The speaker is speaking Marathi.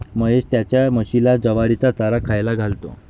महेश त्याच्या म्हशीला ज्वारीचा चारा खायला घालतो